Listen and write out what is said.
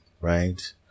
Right